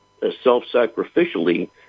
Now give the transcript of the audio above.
self-sacrificially